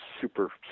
super